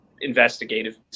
investigative